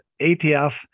ATF